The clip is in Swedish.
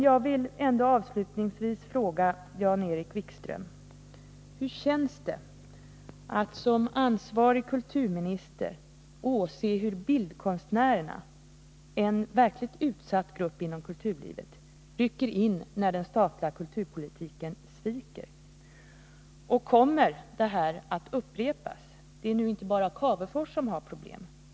Jag vill ändå avslutningsvis fråga SI i sj Måndagen den Jan-Erik Wikström: Hur känns det att som ansvarig kulturminister åse hur bildkonstnärerna, en verkligt utsatt grupp inom kulturlivet, rycker in när den statliga kulturpolitiken sviker? Och kommer detta att upprepas? Det är nu inte bara Cavefors som har problem.